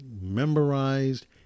memorized